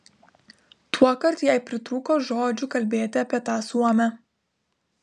tuokart jai pritrūko žodžių kalbėti apie tą suomę